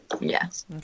Yes